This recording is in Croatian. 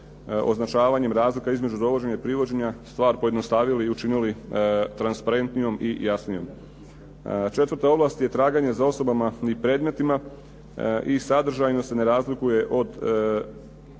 označavanjem razlika između dovođenja i privođenja stvar pojednostavili i učinili transparentnijom i jasnijom. Četvrta ovlast je traganje za osobama i predmetima i sadržajno se ne razlikuje od. Četvrta